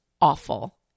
awful